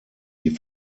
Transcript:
die